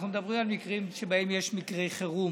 אנחנו מדברים על מקרים שבהם יש מצבי חירום,